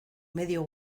medio